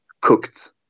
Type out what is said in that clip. cooked